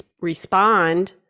respond